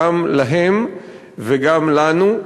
גם להם וגם לנו,